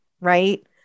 right